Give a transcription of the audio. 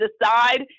decide